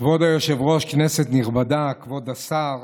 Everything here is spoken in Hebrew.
כבוד היושב-ראש, כנסת נכבדה, כבוד השר,